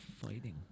fighting